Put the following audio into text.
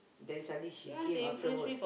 then suddenly he came afterward